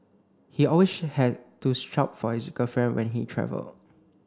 he always had to shop for his girlfriend when he travelled